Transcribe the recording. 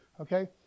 okay